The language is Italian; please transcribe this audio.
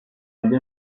agli